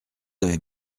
avez